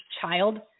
child